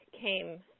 came